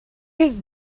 his